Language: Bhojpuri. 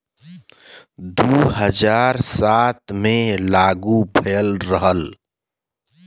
दू हज़ार सात मे लागू भएल रहल